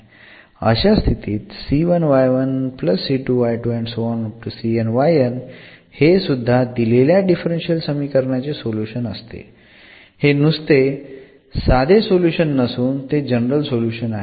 अशा स्थितीत हे सुध्दा दिलेल्या डिफरन्शियल समीकरणाचे सोल्युशन असते हे नुसते साधे सोल्युशन नसून ते जनरल सोल्युशन आहे